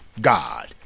God